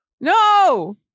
No